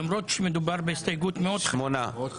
למרות שמדובר בהסתייגות מאוד חשובה.